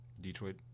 Detroit